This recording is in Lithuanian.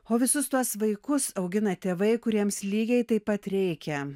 o visus tuos vaikus augina tėvai kuriems lygiai taip pat rėkia